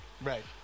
Right